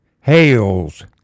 hails